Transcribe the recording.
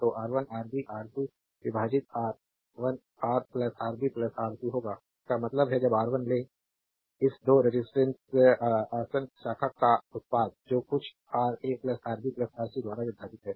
तो R1 RB R C विभाजित रा आरबी आर सी होगा इसका मतलब है जब R1 ले इस दो रेजिस्टेंस आसन्न शाखा का उत्पाद जो कुछ आरए आरबी आरसी द्वारा विभाजित है